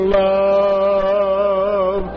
love